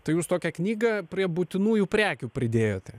tai jūs tokią knygą prie būtinųjų prekių pridėjote